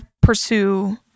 pursue